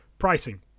pricing